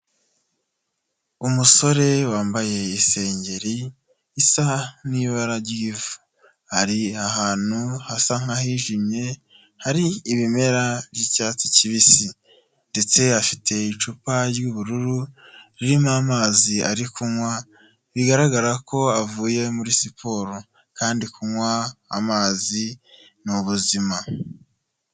Umusore wambaye isengeri isa n'ibara ry'ivu, ari ahantu hasa nk'ahijimye, hari ibimera by'icyatsi kibisi ndetse afite icupa ry'ubururu ririmo amazi ari kunywa bigaragara ko avuye muri siporo kandi kunywa amazi ni ubuzima.